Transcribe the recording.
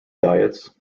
diets